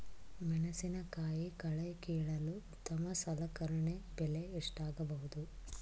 ಮೆಣಸಿನಕಾಯಿ ಕಳೆ ಕೀಳಲು ಉತ್ತಮ ಸಲಕರಣೆ ಬೆಲೆ ಎಷ್ಟಾಗಬಹುದು?